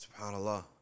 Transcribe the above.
subhanAllah